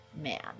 man